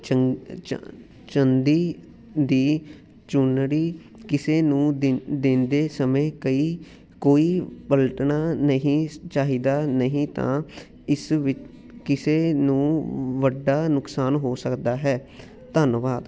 ਚੰ ਚ ਚੰਦੀ ਦੀ ਚੁੰਨੜੀ ਕਿਸੇ ਨੂੰ ਦਿ ਦਿੰਦੇ ਸਮੇਂ ਕਈ ਕੋਈ ਪਲਟਣਾ ਨਹੀਂ ਚਾਹੀਦਾ ਨਹੀਂ ਤਾਂ ਇਸ ਵਿ ਕਿਸੇ ਨੂੰ ਵੱਡਾ ਨੁਕਸਾਨ ਹੋ ਸਕਦਾ ਹੈ ਧੰਨਵਾਦ